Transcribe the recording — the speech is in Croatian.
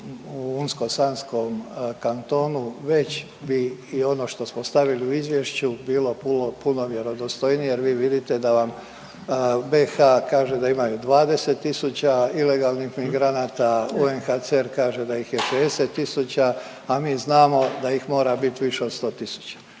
sa Unsko-sanskom kantonu već bi i ono što smo stavili u izvješću bilo puno vjerodostojnije jer vi vidite da vam BIH kaže da imaju 20 tisuća ilegalnih migranata, UNHCR kaže da ih je 60 tisuća, a mi znamo da ih mora bit više od 100